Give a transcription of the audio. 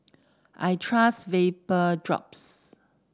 I trust Vapodrops